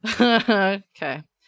Okay